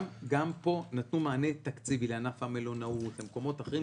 גם פה נתנו מענה תקציבי לענף המלונאות ולמקומות אחרים.